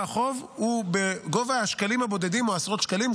החוב הוא שקלים בודדים או עשרות שקלים,